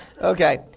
Okay